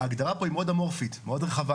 ההגדרה פה היא מאוד אמורפית, מאוד רחבה.